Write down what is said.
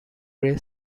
ray